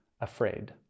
afraid